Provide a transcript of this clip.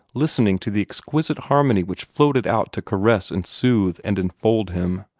listening to the exquisite harmony which floated out to caress and soothe and enfold him.